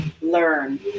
learn